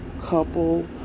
couple